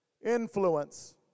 Influence